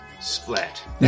splat